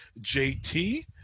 JT